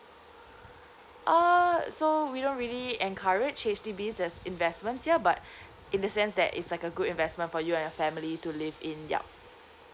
uh so we don't really encourage H_D_Bs as investments here but in the sense that it's like a good investment for you and your family to live in yup